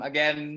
Again